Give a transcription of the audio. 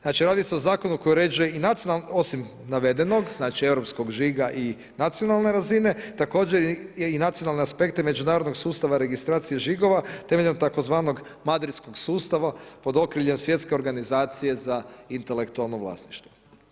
Znači, radi se o zakonu koji uređuje i nacionalne, osim navedenog znači europskoj žiga i nacionalne razine također i nacionalne aspekte međunarodnog sustava registracije žigova temeljem tzv. Madridskog sustava pod okriljem Svjetske organizacije za intelektualno vlasništvo.